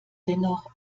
dennoch